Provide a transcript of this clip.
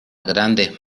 grandes